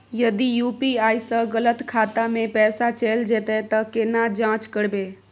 यदि यु.पी.आई स गलत खाता मे पैसा चैल जेतै त केना जाँच करबे?